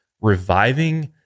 reviving